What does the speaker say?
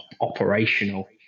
operational